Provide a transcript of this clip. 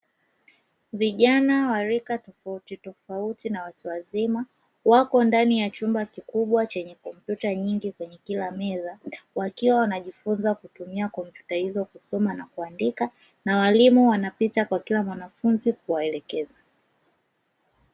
Vijana wa rika tofauti tofauti na watu wazima, wako ndani ya chumba kikubwa chenye kompyuta nyingi kwenye kila meza, wakiwa wanajifunza kutumia kompyuta hizo kusoma na kuandika, na walimu wanapita kwa kila mwanafunzi kuwaelekeza.